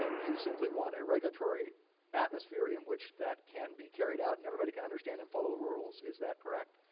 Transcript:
ah you simply want a regulatory atmosphere in which that can be carried out and everybody can understand and follow the rules. is that correct?